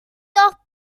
doch